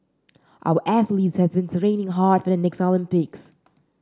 our athletes have been training hard for the next Olympics